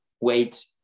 wait